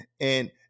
And-